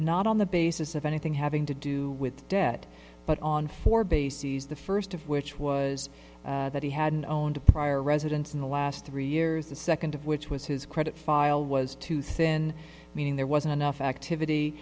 not on the basis of anything having to do with debt but on four bases the first of which was that he hadn't owned a prior residence in the last three years the second of which was his credit file was too thin meaning there wasn't enough activity